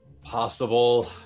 possible